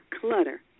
Clutter